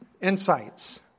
insights